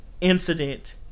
incident